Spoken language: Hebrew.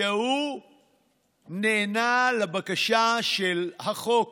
שהוא נענה לבקשה של החוק